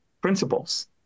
principles